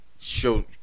show